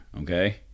okay